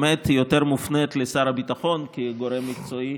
יש להפנות אותה לשר הביטחון כגורם מקצועי,